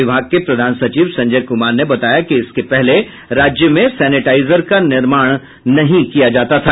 विभाग के प्रधान सचिव संजय कुमार ने बताया कि इसके पहले राज्य में सेनेटाइजर का निर्माण नहीं किया जाता था